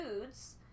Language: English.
foods